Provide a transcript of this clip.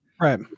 Right